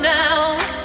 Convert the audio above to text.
now